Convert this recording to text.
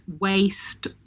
waste